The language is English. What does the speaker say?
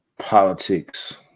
politics